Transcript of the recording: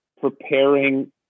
preparing